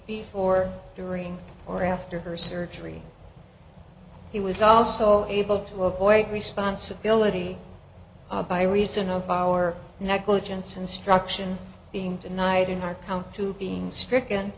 before during or after her surgery he was also able to avoid responsibility by reason of our negligence instruction being denied in our count to being stricken